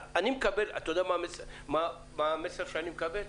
אתה יודע מה המסר שאני מקבל?